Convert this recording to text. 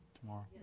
Tomorrow